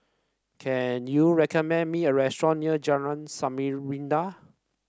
can you recommend me a restaurant near Jalan Samarinda